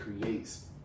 creates